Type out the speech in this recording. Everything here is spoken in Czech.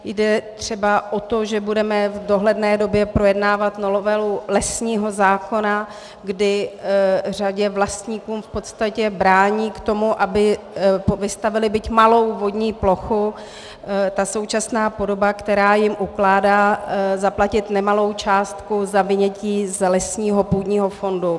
Jde třeba o to, že budeme v dohledné době projednávat novelu lesního zákona, kdy řadě vlastníků v podstatě brání v tom, aby vystavěli byť malou vodní plochu, ta současná podoba, která jim ukládá zaplatit nemalou částku za vynětí z lesního půdního fondu.